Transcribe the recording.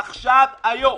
עכשיו, היום.